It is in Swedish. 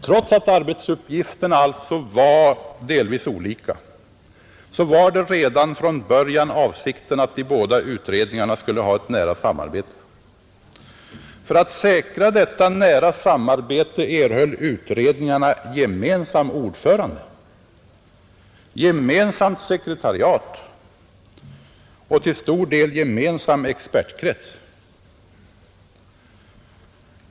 Trots att arbetsuppgifterna alltså var delvis olika var det redan från början avsikten att de båda utredningarna skulle ha ett nära samarbete. För att säkra detta nära samarbete erhöll utredningarna gemensam ordförande, gemensamt sekretariat och till stor del gemensam expertkrets.